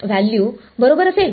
value बरोबर असेल